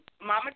Mama